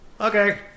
okay